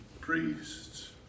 priests